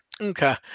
Okay